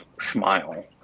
smile